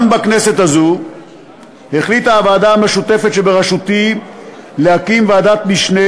גם בכנסת הזו החליטה הוועדה המשותפת שבראשותי להקים ועדת משנה,